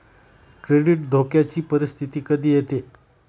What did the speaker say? credit धोक्याची परिस्थिती कधी येते